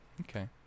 Okay